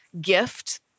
gift